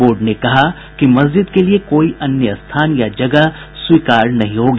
board ने कहा कि मस्जिद के लिए कोई अन्य स्थान या जगह स्वीकार नहीं होगी